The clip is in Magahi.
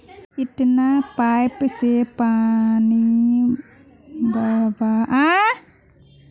इटा पाइप स पानीर बहाव वत्ते तेज नइ छोक